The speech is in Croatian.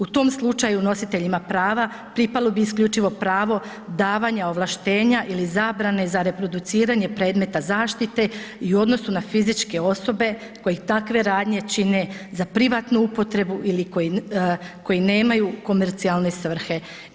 U tom slučaju nositeljima prava pripalo bi isključivo pravo davanja ovlaštenja ili zabrane za reproduciranje predmeta zaštite i u odnosu na fizičke osobe koji takve radnje čine za privatnu upotrebu ili koji nemaju komercijalne svrhe.